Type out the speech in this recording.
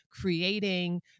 creating